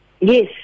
Yes